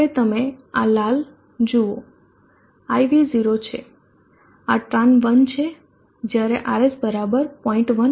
હવે તમે આ લાલ જુઓ I V0 છે આ tran1 છે જ્યારે RS બરાબર 0